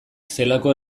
zelako